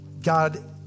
God